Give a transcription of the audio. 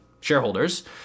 shareholders